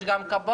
יש גם כבאות,